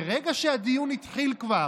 ברגע שהדיון התחיל כבר,